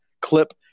clip